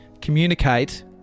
communicate